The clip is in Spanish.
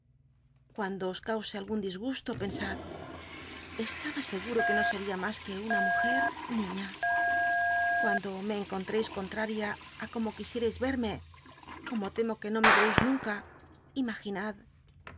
cuando os cause alguu disgusto pensad estaba seguro de que no seria nunca mas que una mujer niña cuando me eocontreis contraria á como quisierais rerme como temo que no me rereis nuuca